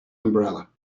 umbrella